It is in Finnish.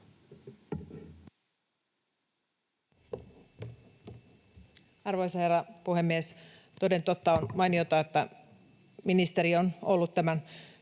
Arvoisa herra puhemies! Toden totta on mainiota, että ministeri on ollut täällä